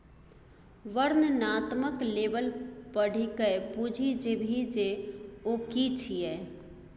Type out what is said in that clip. वर्णनात्मक लेबल पढ़िकए बुझि जेबही जे ओ कि छियै?